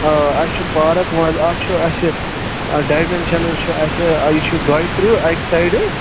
آ اَسہِ چھُ پارک ولہٕ اَتھ چھُ اَسہِ ڈامٮ۪نشنٕز چھِ اَسہِ یہِ چھُ دۄیہِ ترٕٛہ اَکہِ سایڈٕ